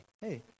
Hey